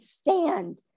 stand